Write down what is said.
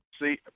See